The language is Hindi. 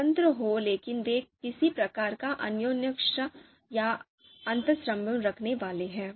स्वतंत्र हो लेकिन वे किसी प्रकार का अन्योन्याश्रय या अंतर्संबंध रखने वाले हैं